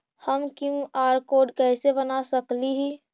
हम QR code कैसे बना सकली ही?